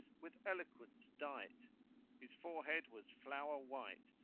with eloquence dight his forehead was flower white,